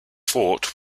fort